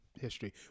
history